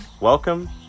welcome